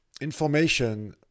information